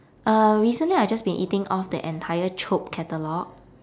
uh recently I've just been eating off the entire chope catalogue